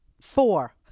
Four